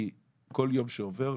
כי כל יום שעובר,